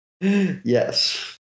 Yes